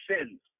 sins